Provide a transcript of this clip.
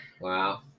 wow